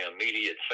immediate